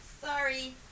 sorry